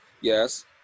Yes